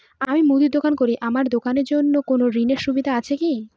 আমি মুদির দোকান করি আমার দোকানের জন্য কোন ঋণের সুযোগ আছে কি?